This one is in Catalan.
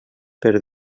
per